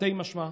תרתי משמע,